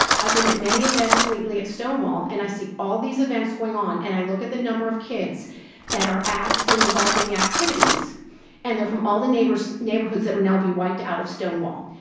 i've been at many events lately at stonewall and i see all these events going on and i look at the number of kids that are in involved in the activities and they're from all the neighborhoods neighborhoods that will now be wiped out of stonewall.